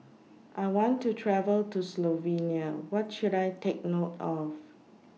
I want to travel to Slovenia What should I Take note of